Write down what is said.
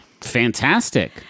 Fantastic